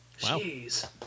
Jeez